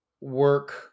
work